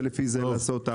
ולפי זה לעשות.